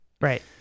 right